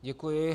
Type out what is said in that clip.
Děkuji.